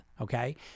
okay